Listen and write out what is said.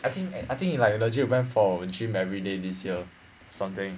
I think I think he like legit went for gym everyday this year something